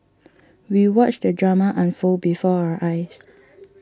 we watched the drama unfold before our eyes